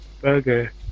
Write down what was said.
burger